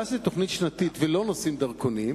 משום שזו תוכנית שנתית ולא נושאים דרכונים,